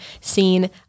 seen